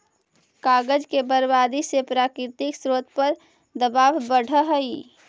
कागज के बर्बादी से प्राकृतिक स्रोत पर दवाब बढ़ऽ हई